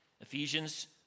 Ephesians